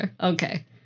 Okay